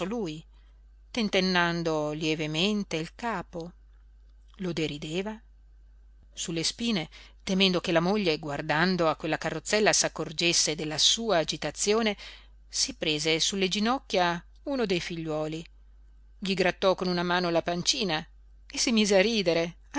lui tentennando lievemente il capo lo derideva su le spine temendo che la moglie guardando a quella carrozzella s'accorgesse della sua agitazione si prese sulle ginocchia uno dei figliuoli gli grattò con una mano la pancina e si mise a ridere